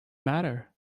matter